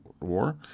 War